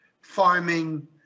farming